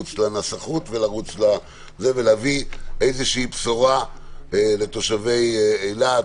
לרוץ לנסחות ולהביא איזושהי בשורה לתושבי אילת